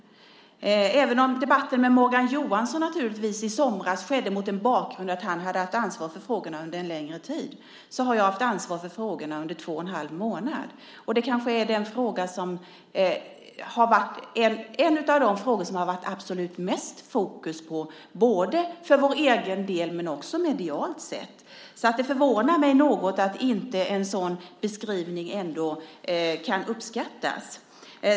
Även om debatten med Morgan Johansson i somras naturligtvis skedde mot en bakgrund av att han hade haft ansvar för frågorna under en längre tid har jag haft ansvar för frågorna under två och en halv månader. Och det här är kanske en av de frågor som det har varit absolut mest fokus på för vår egen del men också medialt. Därför förvånar det mig något att inte en sådan beskrivning ändå kan uppskattas.